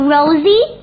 Rosie